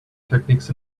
techniques